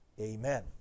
amen